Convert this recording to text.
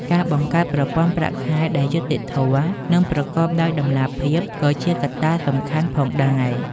ការបង្កើតប្រព័ន្ធ ប្រាក់ខែដែលយុត្តិធម៌ និងប្រកបដោយតម្លាភាពក៏ជាកត្តាសំខាន់ផងដែរ។